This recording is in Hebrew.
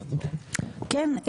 כן,